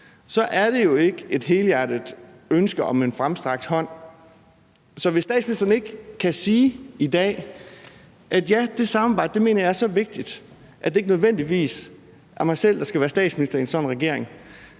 Så er det jo ikke et helhjertet ønske om at give en fremstrakt hånd. Så hvis statsministeren ikke i dag kan sige, at det samarbejde mener hun er så vigtigt, at det ikke nødvendigvis er hende selv, der skal være statsminister i en sådan regering,